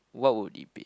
what would it be